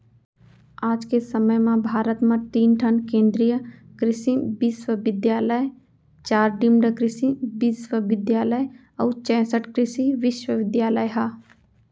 आज के समे म भारत म तीन ठन केन्द्रीय कृसि बिस्वबिद्यालय, चार डीम्ड कृसि बिस्वबिद्यालय अउ चैंसठ कृसि विस्वविद्यालय ह